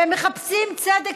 והם מחפשים צדק,